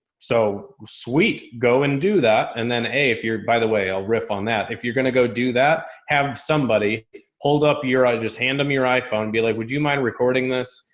so sweet. go and do that and then hey, if you're, by the way, i'll riff on that. if you're going to go do that, have somebody pulled up your eyes, just hand him your iphone and be like, would you mind recording this?